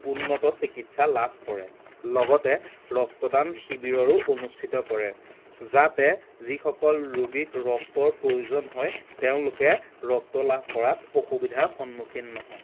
উন্নত চিকিৎসা লাভ কৰে লগতে ৰক্তদান শিবিৰৰো অনুষ্ঠিত কৰে যাতে যিসকল ৰোগীক ৰক্তৰ প্ৰয়োজন হয় তেওঁলোকে ৰক্ত লাভ কৰাত অসুবিধাৰ সন্মুখীন নহয়